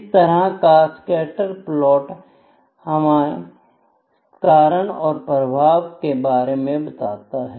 इस तरह का सकैटर्स प्लॉट हमें कारण और प्रभाव के बारे में बताता है